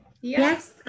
Yes